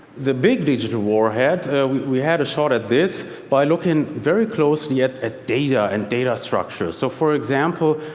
the big digital warhead we had a shot at this by looking very closely at at data and data structures. so for example,